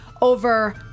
over